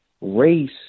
race